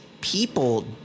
people